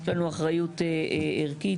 יש לנו אחריות ערכית,